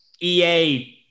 EA